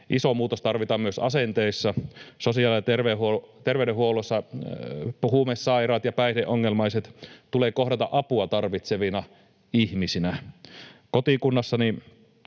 Iso muutos tarvitaan myös asenteissa. Sosiaali- ja terveydenhuollossa huumesairaat ja päihdeongelmaiset tulee kohdata apua tarvitsevina ihmisinä.